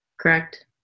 correct